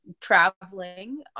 traveling